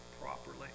properly